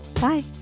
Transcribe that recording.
Bye